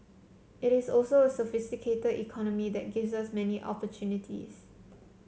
it is also a sophisticated economy that gives us many opportunities